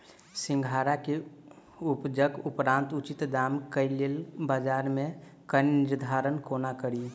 सिंघाड़ा केँ उपजक उपरांत उचित दाम केँ लेल बजार केँ निर्धारण कोना कड़ी?